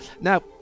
Now